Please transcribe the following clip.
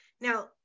Now